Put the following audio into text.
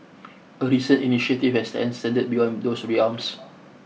a recent initiative has extended beyond those realms